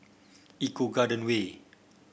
Eco Garden Way